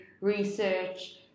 research